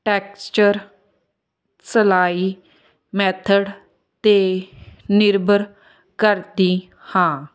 texture ਸਿਲਾਈ method 'ਤੇ ਨਿਰਭਰ ਕਰਦੀ ਹਾਂ